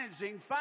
managing